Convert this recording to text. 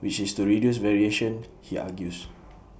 which is to reduce variation he argues